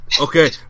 Okay